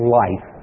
life